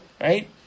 right